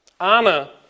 Anna